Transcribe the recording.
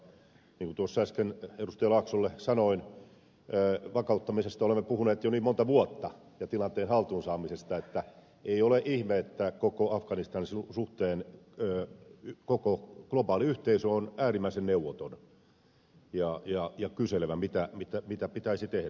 laaksolle sanoin vakauttamisesta ja tilanteen haltuun saamisesta olemme puhuneet jo niin monta vuotta että ei ole ihme että koko afganistanin suhteen koko globaali yhteisö on äärimmäisen neuvoton ja kyselevä mitä pitäisi tehdä